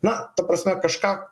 na ta prasme kažką